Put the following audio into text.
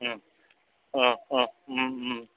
অঁ অঁ